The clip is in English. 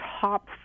top